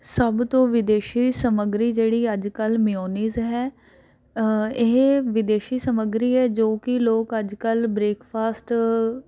ਸਭ ਤੋਂ ਵਿਦੇਸ਼ੀ ਸਮੱਗਰੀ ਜਿਹੜੀ ਅੱਜ ਕੱਲ੍ਹ ਮਿਓਨੀਸ ਹੈ ਇਹ ਵਿਦੇਸ਼ੀ ਸਮੱਗਰੀ ਹੈ ਜੋ ਕਿ ਲੋਕ ਅੱਜ ਕੱਲ੍ਹ ਬਰੇਕਫਾਸਟ